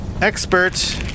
Expert